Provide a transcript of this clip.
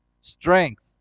strength